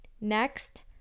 next